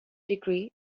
degree